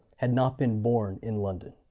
had not been born in london.